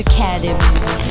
Academy